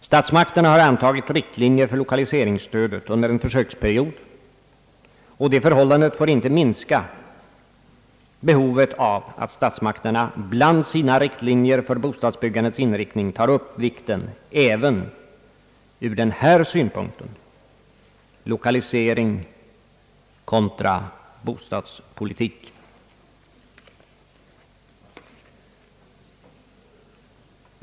Statsmakterna har antagit riktlinjer för lokaliseringsstödet under en försöksperiod, men det förhållandet får inte minska behovet av att statsmakterna bland sina riktlinjer för bostadsbyggandets inriktning även ur denna synpunkt tar upp frågan lokalisering kontra bostadspolitik.